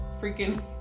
freaking